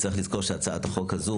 צריך לזכור שהצעת החוק הזאת,